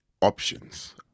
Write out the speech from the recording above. options